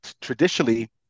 traditionally